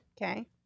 Okay